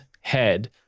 head